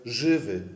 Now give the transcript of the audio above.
żywy